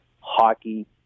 hockey